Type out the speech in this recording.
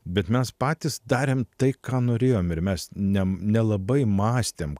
bet mes patys darėm tai ką norėjom ir mes nenelabai mąstėm